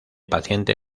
paciente